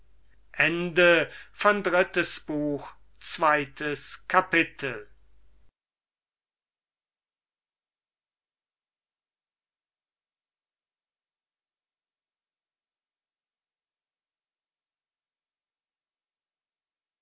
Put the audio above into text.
drittes buch erstes kapitel